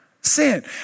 sin